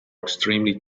extremely